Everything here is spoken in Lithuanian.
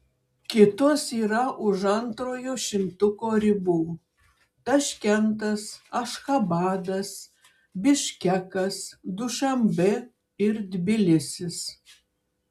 kitos yra už antrojo šimtuko ribų taškentas ašchabadas biškekas dušanbė ir tbilisis